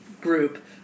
group